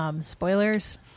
Spoilers